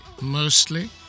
Mostly